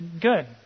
good